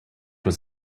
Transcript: was